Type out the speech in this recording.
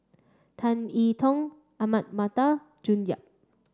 Tan Yi Tong Ahmad Mattar June Yap